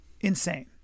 insane